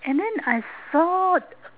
and then I thought